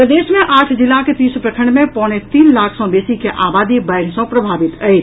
प्रदेश मे आठ जिलाक तीस प्रखंड मे पौने तीन लाख सँ बेसी के आबादी बाढ़ि सँ प्रभावित अछि